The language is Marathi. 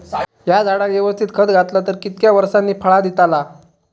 हया झाडाक यवस्तित खत घातला तर कितक्या वरसांनी फळा दीताला?